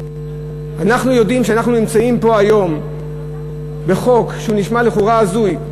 אנחנו יודעים שאנחנו נמצאים פה היום בחוק שנשמע לכאורה הזוי.